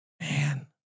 Man